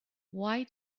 why